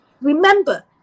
Remember